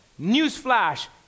Newsflash